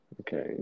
Okay